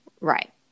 Right